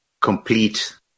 complete